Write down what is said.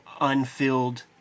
unfilled